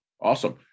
awesome